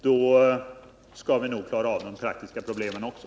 Därför skall vi nog klara av de praktiska problemen också.